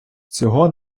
цього